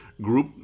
group